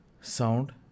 sound